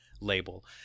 label